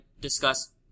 discuss